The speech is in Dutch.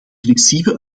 principe